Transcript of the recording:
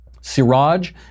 Siraj